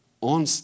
on